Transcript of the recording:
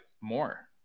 more